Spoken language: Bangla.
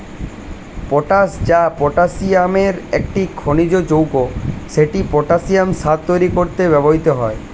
পটাশ, যা পটাসিয়ামের একটি খনিজ যৌগ, সেটি পটাসিয়াম সার তৈরি করতে ব্যবহৃত হয়